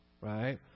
right